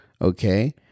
Okay